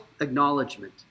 acknowledgement